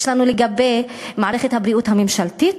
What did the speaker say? יש לנו לגבי מערכת הבריאות הממשלתית,